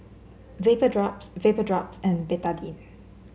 Vapodrops Vapodrops and Betadine